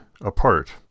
apart